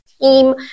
team